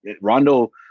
Rondo